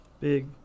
Big